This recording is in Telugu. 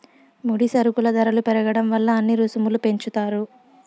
ముడి సరుకుల ధరలు పెరగడం వల్ల అన్ని రుసుములు పెంచుతారు